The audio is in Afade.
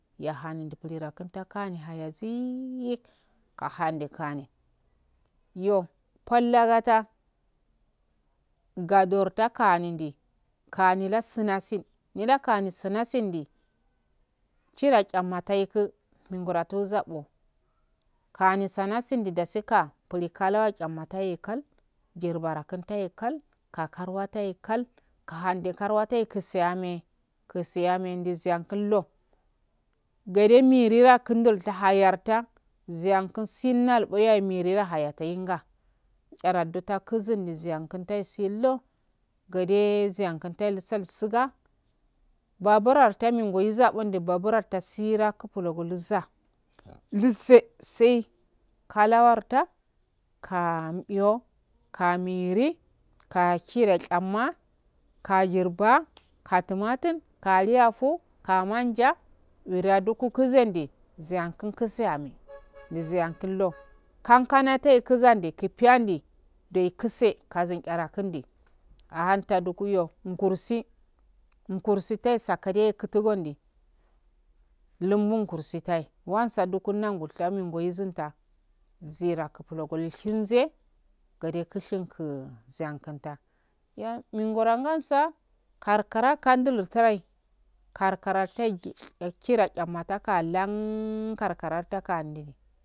Yahumi jhira kuntakami hayazii ahnde kani yo pal lagata godarta kaninde kami la sunasun nyilakani sunasindi chida cham mataikun minguratu zabo kani sanasundi nasika pili kalu acham matan kal jirbara kuntaye kal ka karwataye kal kahande karwata ye kuse ame kuse amendizal kuldo gade mira'a mirira kuudol tahayarta ziyanku sinnalbo yahe mirida yatajinga charada taku duiziya kun tai sillo gade ziyan kun tai sal suga, baburta mingoyi zabunde babur afa sira ku pulogoluza lusai sai kulowar ta ka mbiyo kamiri ka chiyeda chamma kajirba ka tumatun ka aliyafo ka marija wuniya duku kuzande ziyan kun kuse ame niziyau kuldo kan kanatai kuzande kupiyandi doi kuse kazin chara kunde ahanda dukugo nkursi nkursi doye sakade kutugondi luman kursi tai wansa tukunna ngulfa miboyi zinta zira gblo gol shinse gade kushinku ziyan kuntu min goran gasa kar kar kandulum tarai karkara tanji chiye da chaina taka lan karkara takandi.